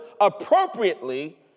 appropriately